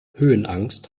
höhenangst